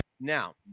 Now